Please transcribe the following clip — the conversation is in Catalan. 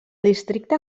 districte